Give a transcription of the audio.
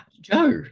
Joe